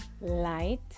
light